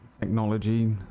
technology